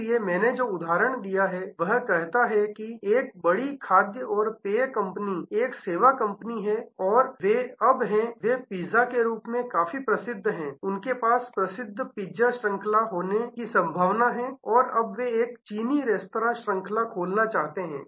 इसलिए मैंने जो उदाहरण दिया है वह कहता है कि एक बड़ी खाद्य और पेय कंपनी एक सेवा कंपनी है और वे अब हैं वे पिज्जा के रूप में काफी प्रसिद्ध हैं उनके पास प्रसिद्ध पिज्जा श्रृंखला हो सकती है और अब वे एक चीनी रेस्तरां श्रृंखला खोलना चाहते हैं